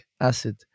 acid